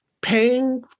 paying